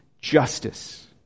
justice